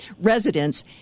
residents